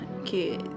Okay